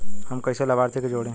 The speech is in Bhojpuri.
हम कइसे लाभार्थी के जोड़ी?